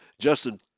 Justin